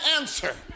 answer